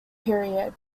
period